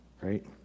right